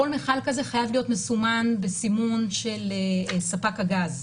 כל מכל כזה חייב להיות מסומן בסימון של ספק הגז,